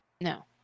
No